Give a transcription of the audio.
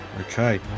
Okay